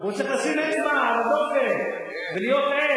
הוא צריך לשים אצבע על הדופק ולהיות ער